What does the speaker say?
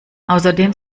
außerdem